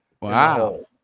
Wow